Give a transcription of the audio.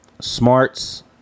smarts